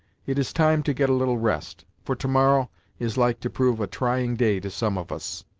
it is time to get a little rest, for to-morrow is like to prove a trying day to some of us.